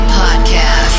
podcast